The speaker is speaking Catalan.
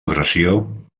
agressió